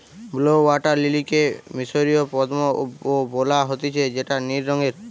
blue water লিলিকে মিশরীয় পদ্ম ও বলা হতিছে যেটা নীল রঙের